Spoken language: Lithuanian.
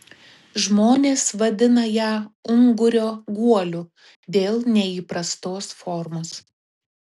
žmonės vadina ją ungurio guoliu dėl neįprastos formos